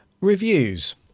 Reviews